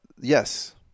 yes